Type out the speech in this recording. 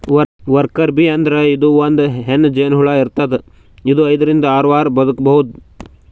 worker bee ಅಂದ್ರ ಇದು ಒಂದ್ ಹೆಣ್ಣ್ ಜೇನಹುಳ ಇರ್ತದ್ ಇದು ಐದರಿಂದ್ ಆರ್ ವಾರ್ ಬದ್ಕಬಹುದ್